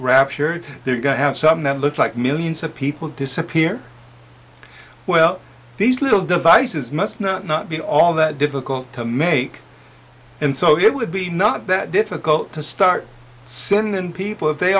rapture they're going to have something that looks like millions of people disappear well these little devices must not not be all that difficult to make and so it would be not that difficult to start sending people if they